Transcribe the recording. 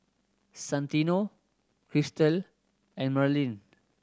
Santino Cristal and Merlin